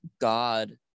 God